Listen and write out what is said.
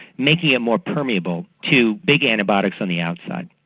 making it more permeable to big antibiotics on the outside.